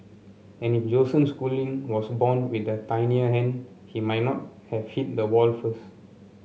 and if Joseph Schooling was born with a tinier hand he might not have hit the wall first